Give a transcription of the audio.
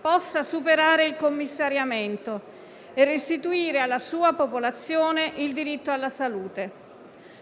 possa superare il commissariamento e restituire alla sua popolazione il diritto alla salute.